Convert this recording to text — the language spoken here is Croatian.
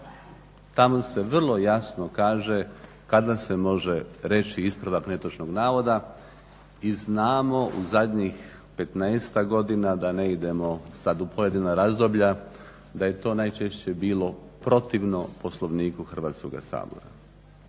Tamo se vrlo jasno kaže kada se može reći ispravak netočnog navoda i znamo u zadnjih petnaestak godina da ne idemo sad u pojedina razdoblja da je to najčešće bilo protivno Poslovniku Hrvatskoga sabora.